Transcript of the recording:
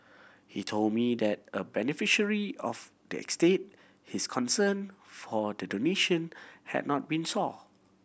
he told me that a beneficiary of the estate his consent for the donation had not been sought